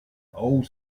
old